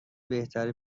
بهتری